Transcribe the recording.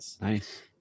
nice